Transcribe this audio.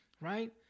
Right